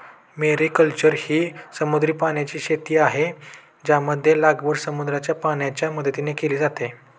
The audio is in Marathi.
मेरीकल्चर ही समुद्री पाण्याची शेती आहे, ज्यामध्ये लागवड समुद्राच्या पाण्याच्या मदतीने केली जाते